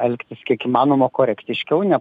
elgtis kiek įmanoma korektiškiau ne